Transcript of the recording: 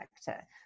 sector